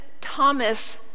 Thomas